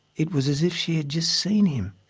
it was as if she had just seen him.